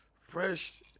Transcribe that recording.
fresh